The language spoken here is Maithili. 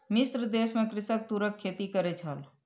मिस्र देश में कृषक तूरक खेती करै छल